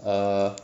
err